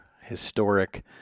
historic